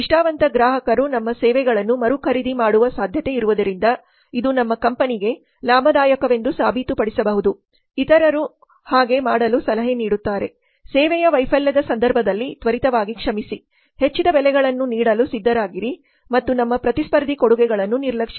ನಿಷ್ಠಾವಂತ ಗ್ರಾಹಕರು ನಮ್ಮ ಸೇವೆಗಳನ್ನು ಮರುಖರೀದಿ ಮಾಡುವ ಸಾಧ್ಯತೆ ಇರುವುದರಿಂದ ಇದು ನಮ್ಮ ಕಂಪನಿಗೆ ಲಾಭದಾಯಕವೆಂದು ಸಾಬೀತುಪಡಿಸಬಹುದು ಇತರರು ಹಾಗೆ ಮಾಡಲು ಸಲಹೆ ನೀಡುತ್ತಾರೆ ಸೇವೆಯ ವೈಫಲ್ಯದ ಸಂದರ್ಭದಲ್ಲಿ ತ್ವರಿತವಾಗಿ ಕ್ಷಮಿಸಿ ಹೆಚ್ಚಿದ ಬೆಲೆಗಳನ್ನು ನೀಡಲು ಸಿದ್ಧರಾಗಿರಿ ಮತ್ತು ನಮ್ಮ ಪ್ರತಿಸ್ಪರ್ಧಿ ಕೊಡುಗೆಗಳನ್ನು ನಿರ್ಲಕ್ಷಿಸಿ